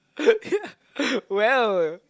well